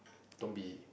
don't be